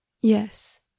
Yes